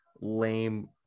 lame